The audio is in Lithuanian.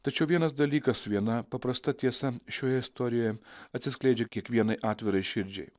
tačiau vienas dalykas viena paprasta tiesa šioje istorijoje atsiskleidžia kiekvienai atvirai širdžiai